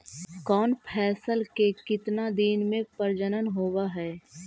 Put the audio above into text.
कौन फैसल के कितना दिन मे परजनन होब हय?